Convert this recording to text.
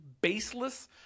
baseless